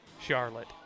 Charlotte